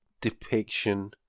depiction